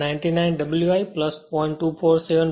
99 W i 0